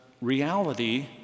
reality